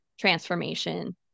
transformation